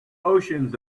oceans